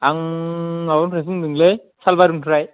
आं माबानिफ्राय बुंदोंलै सालबारिनिफ्राय